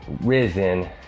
risen